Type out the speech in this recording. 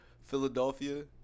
Philadelphia